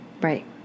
Right